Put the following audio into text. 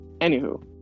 Anywho